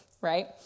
Right